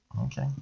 Okay